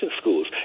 schools